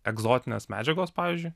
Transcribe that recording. egzotinės medžiagos pavyzdžiui